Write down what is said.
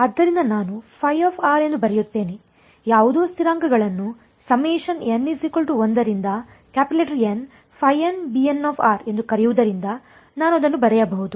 ಆದ್ದರಿಂದ ನಾನು ಎಂದು ಬರೆಯುತ್ತೇನೆಯಾವುದೋ ಸ್ಥಿರಾಂಕಗಳನ್ನು ಎಂದು ಕರೆಯುವುದರಿಂದ ನಾನು ಅದನ್ನು ಬರೆಯಬಹುದು